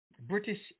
british